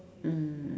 mm